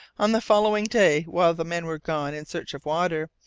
on the following day, while the men were gone in search of water,